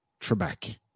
Trebek